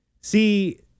See